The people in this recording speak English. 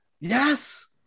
yes